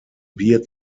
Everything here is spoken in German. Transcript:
bier